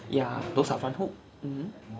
ya those are front hook